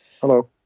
Hello